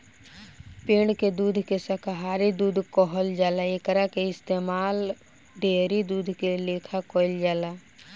पेड़ के दूध के शाकाहारी दूध कहल जाला एकरा के इस्तमाल डेयरी दूध के लेखा कईल जाला